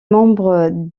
membres